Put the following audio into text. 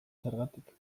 zergatik